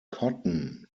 cotton